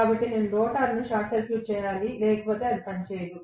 కాబట్టి నేను రోటర్ను షార్ట్ సర్క్యూట్ చేయాలి లేకపోతే అది పనిచేయదు